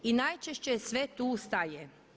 I najčešće sve tu staje.